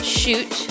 shoot